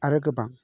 आरो गोबां